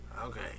Okay